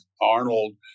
Arnold